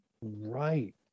right